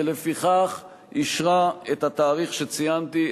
ולפיכך אישרה את התאריך שציינתי,